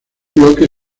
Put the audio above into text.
bloque